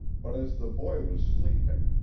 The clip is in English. but as the boy was sleeping,